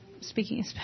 speaking